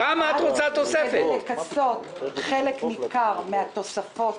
כדי לכסות חלק ניכר מהתוספות